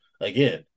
again